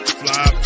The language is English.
fly